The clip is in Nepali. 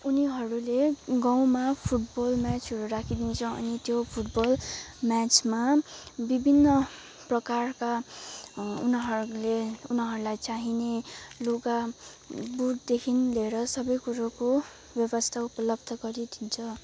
उनीहरूले गाउँमा फुटबल म्याचहरू राखिदिन्छ अनि त्यो फुटबल म्याचमा विभिन्न प्रकारका उनीहरूले उनीहरूलाई चाहिने लुगा बुटदेखि लिएर सबै कुरोको व्यवस्था उपलब्ध गरिदिन्छ